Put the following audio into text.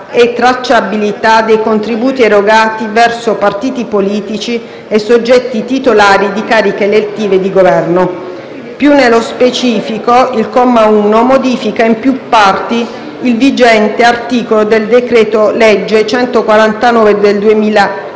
e tracciabilità dei contributi erogati verso partiti politici e soggetti titolari di cariche elettive e di Governo. Più nello specifico, il comma 1 modifica in più parti il vigente articolo 5 del decreto-legge n. 149 del 2013